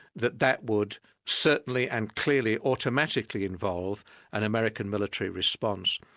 that that would certainly and clearly automatically involve an american military response.